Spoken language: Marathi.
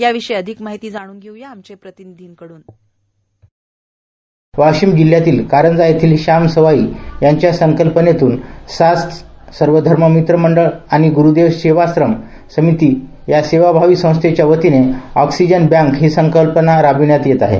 याविषयी अधिक माहिती जाणून घेऊया आमच्या प्रतींनिधी कडून व्हॉईस कास्ट वाशिम जिल्ह्यातील कारंजा येथील श्याम सवाई यांच्या संकसल्पनेतून सास सर्वधर्म मित्रमंडळ आणि ग्रुदेव सेवाश्रम समिती या सेवाभावी संस्थेच्या वतीने ऑक्सिजन बँक ही संकल्पना राबविण्यात येत आहे